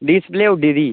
display उड्डी गेदी